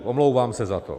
Omlouvám se za to.